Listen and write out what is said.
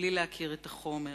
בלי להכיר את החומר,